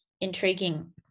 intriguing